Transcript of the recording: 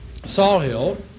Sawhill